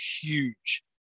huge